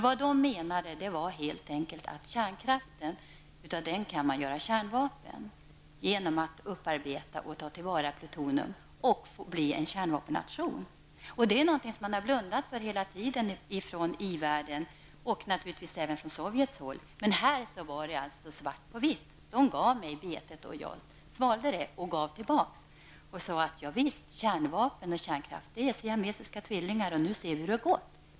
Vad som åsyftades var helt enkelt att av kärnkraften kan ett land göra kärnvapen genom att upparbeta och ta till vara plutonium -- och därmed bli en kärnvapennation. Det är någonting som man har blundat för i-världen, och naturligtvis även i Sovjet. Här var det alltså klart uttalat. Säkerhetspersonalen i Ignalina gav mig betet, jag svalde det -- och gav tillbaka. Jag sade: Javisst, kärnvapen och kärnkraft är siamesiska tvillingar, och nu ser vi hur det har gått.